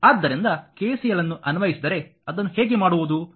ಆದ್ದರಿಂದ KCL ಅನ್ನು ಅನ್ವಯಿಸಿದರೆ ಅದನ್ನು ಹೇಗೆ ಮಾಡುವುದು